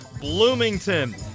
Bloomington